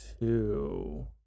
two